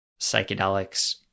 psychedelics